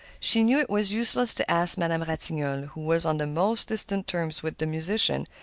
she knew it was useless to ask madame ratignolle, who was on the most distant terms with the musician,